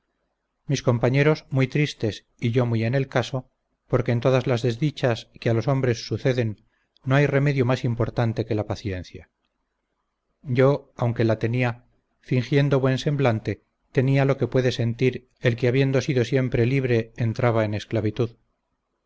mis compañeros muy tristes y yo muy en el caso porque en todas las desdichas que a los hombres suceden no hay remedio más importante que la paciencia yo aunque la tenia fingiendo buen semblante sentía lo que puede sentir el que habiendo sido siempre libre entraba en esclavitud